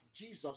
Jesus